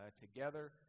together